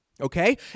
Okay